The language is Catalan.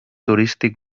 turístic